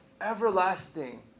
everlasting